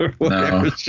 No